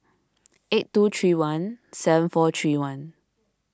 eight two three one seven four three one